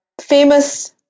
famous